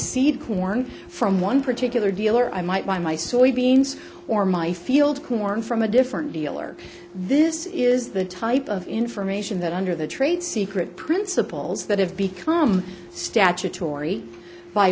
seed corn from one particular dealer i might want my soybeans or my field corn from a different dealer this is the type of information that under the trade secret principles that have become statutory by